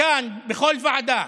כאן, בכל ועדה,